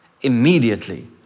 immediately